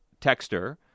texter